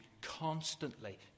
constantly